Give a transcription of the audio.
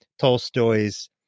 Tolstoy's